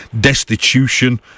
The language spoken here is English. destitution